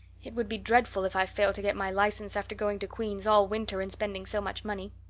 it would be dreadful if i failed to get my license after going to queen's all winter and spending so much money.